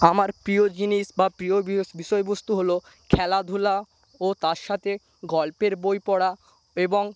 আমার প্রিয় জিনিস বা প্রিয় বিষয়বস্তু হলো খেলাধুলা ও তার সাথে গল্পের বই পড়া এবং